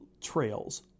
trails